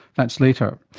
that's later,